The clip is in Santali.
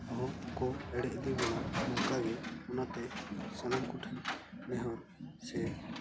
ᱟᱵᱚ ᱠᱚ ᱮᱲᱮ ᱤᱫᱤ ᱵᱚᱱᱟ ᱱᱚᱝᱠᱟ ᱜᱮ ᱚᱱᱟᱛᱮ ᱥᱟᱱᱟᱢ ᱠᱚᱴᱷᱮᱱ ᱱᱮᱦᱚᱨ ᱥᱮ